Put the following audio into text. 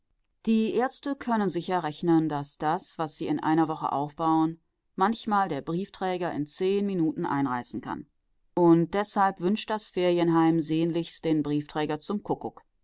die ärzte können sicher rechnen daß das was sie in einer woche aufbauen manchmal der briefträger in zehn minuten einreißen kann und deshalb wünscht das ferienheim sehnlichst den briefträger zum kuckuck